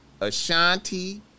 Ashanti